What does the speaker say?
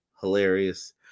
Hilarious